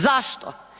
Zašto?